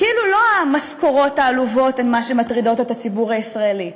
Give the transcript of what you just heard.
כאילו לא המשכורות העלובות הן שמטרידות את הציבור הישראלי,